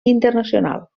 internacional